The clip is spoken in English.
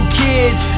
kids